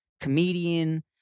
comedian